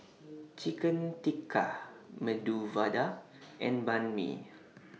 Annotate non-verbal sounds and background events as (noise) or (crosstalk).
(noise) Chicken Tikka Medu Vada and Banh MI